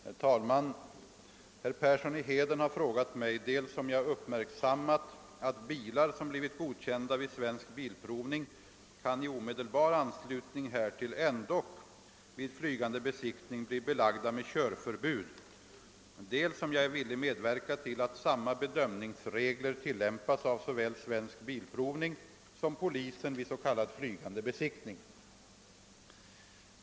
Herr talman! Herr Persson i Heden har frågat mig dels om jag uppmärksammat att bilar som blivit godkända vid Svensk bilprovning kan i omedelbar anslutning härtill ändock vid flygande besiktning bli belagda med körförbud, dels om jag är villig medverka till att samma bedömningsregler tilllämpas av såväl Svensk bilprovning som polisen vid s.k. flygande besiktning.